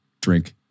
drink